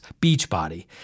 Beachbody